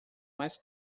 mais